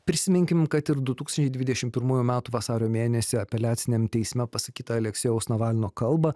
prisiminkim kad ir du tūkstančiai dvidešim pirmųjų metų vasario mėnesį apeliaciniam teisme pasakytą aleksėjaus navalno kalbą